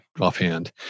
offhand